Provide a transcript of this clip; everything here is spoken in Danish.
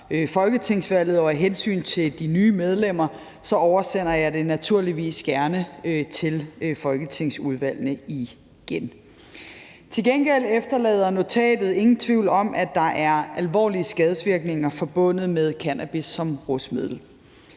folketingsvalget, og af hensyn til de nye medlemmer oversender jeg det naturligvis gerne til folketingsudvalgene igen. Til gengæld efterlader notatet ingen tvivl om, at der er alvorlige skadesvirkninger forbundet med cannabis som rusmiddel.